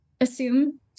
assume